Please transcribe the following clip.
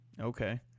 Okay